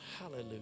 hallelujah